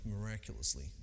miraculously